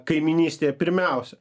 kaimynystėj pirmiausia